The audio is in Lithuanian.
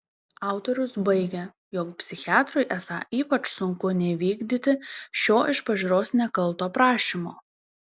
autorius baigia jog psichiatrui esą ypač sunku neįvykdyti šio iš pažiūros nekalto prašymo